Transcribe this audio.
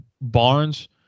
Barnes